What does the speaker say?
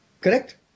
Correct